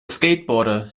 skateboarder